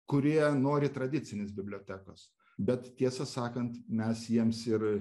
kurie nori tradicinės bibliotekos bet tiesą sakant mes jiems ir